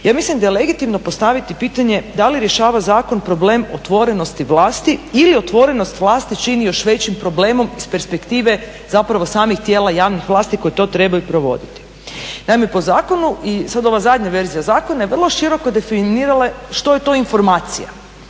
ja mislim da je legitimno postaviti pitanje da li rješava zakon problem otvorenosti vlasti ili otvorenost vlasti čini još većim problemom iz perspektive zapravo samih tijela javnih vlasti koje to trebaju provoditi? Naime po zakonu, i sad ova zadnja verzija zakona je vrlo široko definirala što je to informacija.